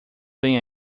vem